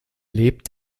lebt